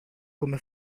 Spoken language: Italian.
come